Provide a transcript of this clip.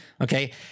okay